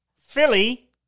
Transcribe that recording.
Philly